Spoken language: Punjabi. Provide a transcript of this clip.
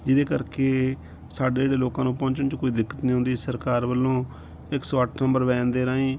ਜਿਹਦੇ ਕਰਕੇ ਸਾਡੇ ਦੇ ਲੋਕਾਂ ਨੂੰ ਪਹੁੰਚਣ 'ਚ ਕੋਈ ਦਿੱਕਤ ਨਹੀਂ ਹੁੰਦੀ ਸਰਕਾਰ ਵੱਲੋਂ ਇੱਕ ਸੌ ਅੱਠ ਨੰਬਰ ਵੈਨ ਦੇ ਰਾਹੀਂ